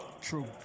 True